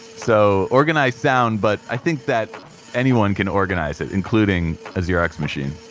so organized sound, but i think that anyone can organize it, including a xerox machine